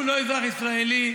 הוא לא אזרח ישראלי.